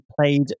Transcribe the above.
played